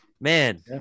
Man